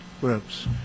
groups